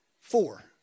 Four